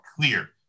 clear